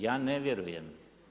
Ja ne vjerujem.